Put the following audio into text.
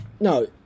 No